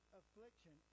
affliction